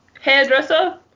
hairdresser